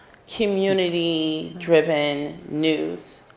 community driven news.